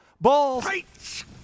balls